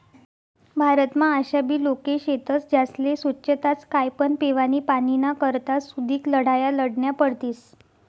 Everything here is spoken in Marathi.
भारतमा आशाबी लोके शेतस ज्यास्ले सोच्छताच काय पण पेवानी पाणीना करता सुदीक लढाया लढन्या पडतीस